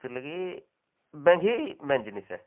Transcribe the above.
ସେଥିର୍ ଲାଗି ବ୍ୟାଙ୍କ୍ ହିଁ ମେନ୍ ଜିନିଷ୍ ଏ